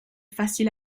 facile